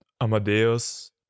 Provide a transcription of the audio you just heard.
Amadeus